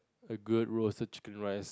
a good roasted chicken rice